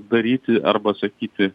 daryti arba sakyti